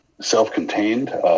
self-contained